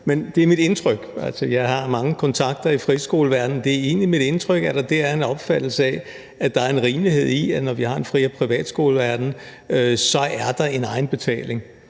egentlig mit indtryk – jeg har mange kontakter i friskoleverdenen – at der der er en opfattelse af, at der er en rimelighed i, at når vi har en fri- og privatskoleverden, så er der en egenbetaling